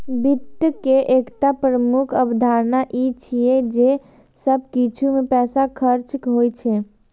वित्त के एकटा प्रमुख अवधारणा ई छियै जे सब किछु मे पैसा खर्च होइ छै